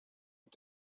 und